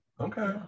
okay